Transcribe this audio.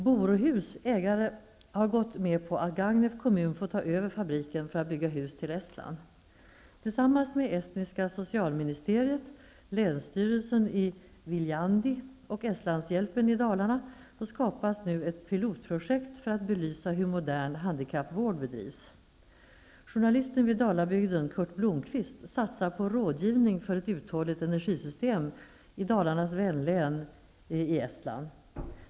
Borohus ägare har gått med på att Gagnefs kommun får ta över fabriken för att bygga hus till Estniska socialministeriet, länsstyrelsen i Viljandi och Estlandshjälpen i Dalarna skapar nu tillsammans ett pilotprojekt för att belysa hur modern handikappvård bedrivs. Journalisten vid Dalabygden Kurt Blomqvist satsar på rådgivning för ett uthålligt energisystem i Dalarnas vänlän i Estland.